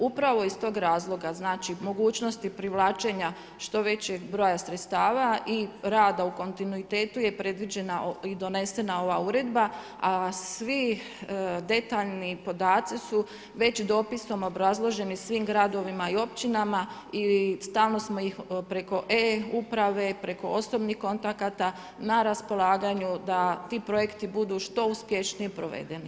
Upravo iz tog razloga, znači mogućnosti privlačenja što većeg broja sredstava i rada u kontinuitetu je predviđena i donesena ova uredba, a svi detaljni podaci su već dopisom obrazloženi svim gradovima i općinama i stalno smo ih preko e-uprave, preko osobnih kontakata na raspolaganju da ti projekti budu što uspješnije provedeni.